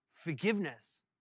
forgiveness